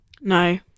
No